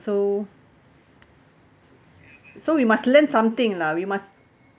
so we must learn something lah we must